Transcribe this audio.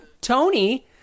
Tony